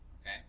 Okay